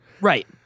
Right